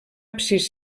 absis